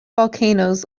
volcanoes